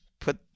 put